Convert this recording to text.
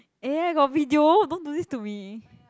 eh I got video don't do this to me